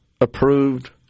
approved